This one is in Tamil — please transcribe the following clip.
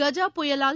கஜா புயலால்